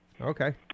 Okay